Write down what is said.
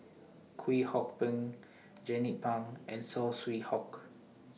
Kwek Hong Png Jernnine Pang and Saw Swee Hock